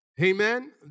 Amen